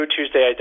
Tuesday